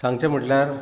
सांगचें म्हटल्यार